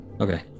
okay